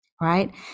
right